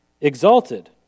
exalted